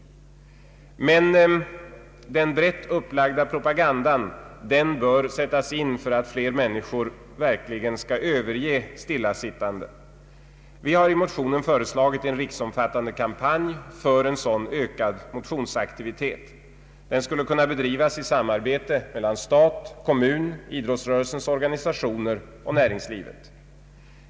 Men den brett upplagda propagandan bör sättas in för att få fler människor att verkligen överge stillasittandet. Vi har i motionen föreslagit en riksomfattande kampanj för ökad motionsaktivitet. Den skulle kunna bedrivas i samarbete mellan stat, kommun, idrotts rörelsens organisationer och näringslivet.